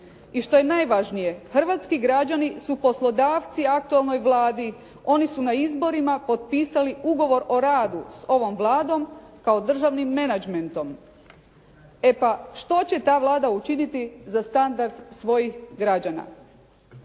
i što je najvažnije, hrvatski građani su poslodavci aktualnoj Vladi, oni su na izborima potpisali ugovor o radu sa ovom Vladom kao državnim menagmentom, e pa što će ta Vlada učiniti za standard svojih građana.